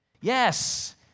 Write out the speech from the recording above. Yes